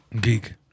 geek